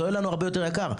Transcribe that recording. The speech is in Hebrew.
זה עולה לנו הרבה יותר יקר.